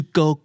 go